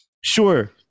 sure